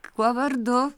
kuo vardu